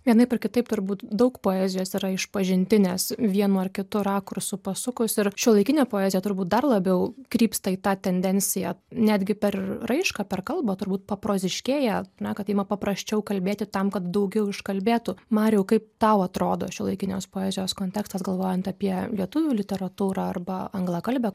vienaip ar kitaip turbūt daug poezijos yra išpažintinės vienu ar kitu rakursu pasukus ir šiuolaikinė poezija turbūt dar labiau krypsta į tą tendenciją netgi per raišką per kalbą turbūt paproziškėja na kad ima paprasčiau kalbėti tam kad daugiau iškalbėtų mariau kaip tau atrodo šiuolaikinės poezijos kontekstas galvojant apie lietuvių literatūrą arba anglakalbę